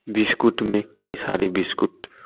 biscuit में कई सारे बिस्किट